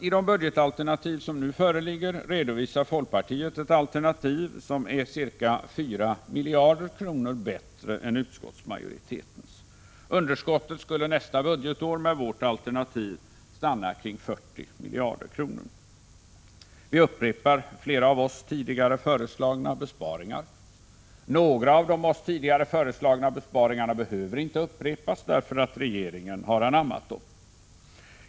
I de budgetalternativ som nu föreligger redovisar folkpartiet ett alternativ som är ca 4 miljarder kronor bättre än utskottsmajoritetens; underskottet skulle nästa budgetår med vårt alternativ stanna kring 40 miljarder kronor. Vi upprepar flera av oss tidigare föreslagna besparingar. Några av förslagen behöver inte upprepas därför att regeringen har anammat dem.